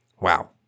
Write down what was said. Wow